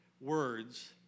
words